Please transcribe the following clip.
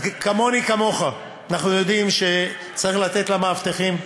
אז, כמוני כמוך, אנחנו יודעים שצריך לתת למאבטחים.